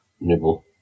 Nibble